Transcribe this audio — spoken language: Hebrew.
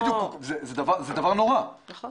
זה דבר נורא, בדיוק.